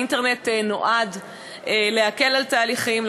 האינטרנט נועד להקל תהליכים,